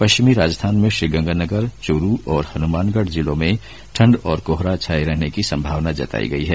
पश्चिमी राजस्थान में श्रीगंगानगर चूरू और हनुमानगढ जिलों में ठंड और कोहरा छाए रहने की संभावना जतायी है